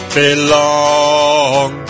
belong